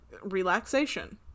Relaxation